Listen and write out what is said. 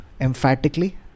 emphatically